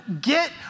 get